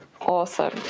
awesome